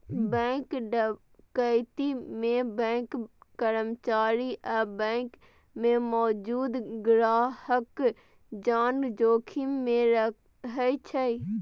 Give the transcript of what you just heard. bank डकैती मे bank कर्मचारी आ बैंक मे मौजूद ग्राहकक जान जोखिम मे रहै छै